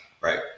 Right